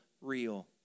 real